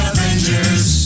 Avengers